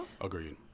Agreed